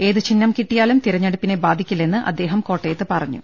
ഏത് ചിഹ്നം കിട്ടിയാലും തെര ഞ്ഞെടുപ്പിനെ ബാധിക്കില്ലെന്ന് അദ്ദേഹം കോട്ടയത്ത് പറഞ്ഞു